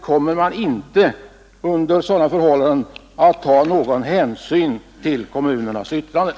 Kommer man inte under sådana förhållanden att ta någon hänsyn till kommunernas yttranden?